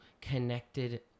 connected